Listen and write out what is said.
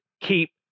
keep